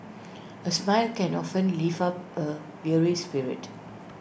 A smile can often lift up A weary spirit